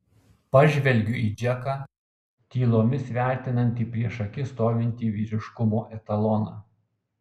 pažvelgiu į džeką tylomis vertinantį prieš akis stovintį vyriškumo etaloną